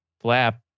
flap